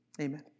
Amen